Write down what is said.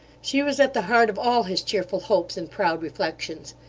she was at the heart of all his cheerful hopes and proud reflections.